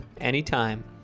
anytime